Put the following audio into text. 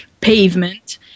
pavement